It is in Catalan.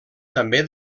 també